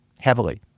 heavily